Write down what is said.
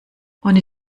ohne